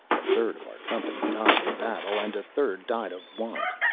a third of our company died in battle, and a third died of want.